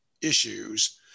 issues